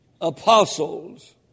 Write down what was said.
apostles